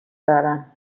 دارم